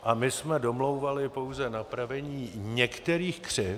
A my jsme domlouvali pouze napravení některých křivd.